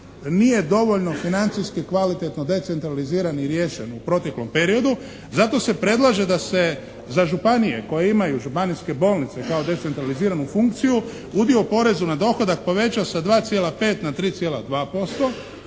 nije dovoljno financijski, kvalitetno decentraliziran i riješen u proteklom periodu zato se predlaže da se za županije koje imaju županijske bolnice kao decentraliziranu funkciju udio porezu na dohodak poveća sa 2,5 na 3,2%